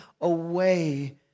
away